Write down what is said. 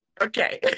okay